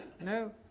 No